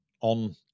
on